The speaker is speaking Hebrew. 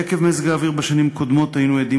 עקב מזג האוויר בשנים קודמות היינו עדים